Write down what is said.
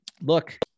look